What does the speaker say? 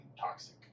toxic